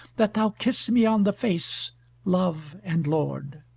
that thou kiss me on the face love and lord!